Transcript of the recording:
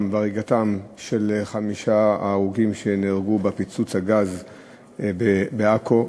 והריגתם של חמשת ההרוגים בפיצוץ הגז בעכו.